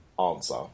answer